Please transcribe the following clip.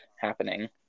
happening